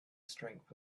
strength